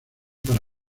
para